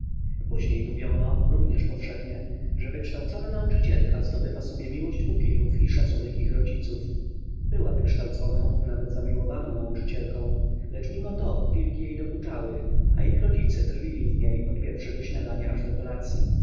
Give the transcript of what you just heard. później mówiono również powszechnie że wykształcona nauczycielka zdobywa sobie miłość pupilów i szacunek ich rodziców była wykształconą nawet zamiłowaną nauczycielką lecz mimo to pupilki jej dokuczały a ich rodzice drwili z niej od pierwszego śniadania do kolacyi